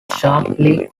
sharply